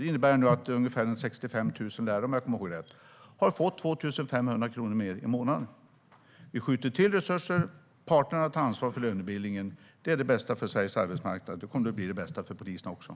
Det innebär nu att ungefär 65 000 lärare, om jag kommer ihåg rätt, har fått 2 500 kronor mer i månaden. Vi skjuter till resurser, och parterna tar ansvar för lönebildningen. Det är det bästa för Sveriges arbetsmarknad, och det kommer att bli det bästa även för poliserna.